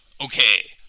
Okay